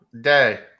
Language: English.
day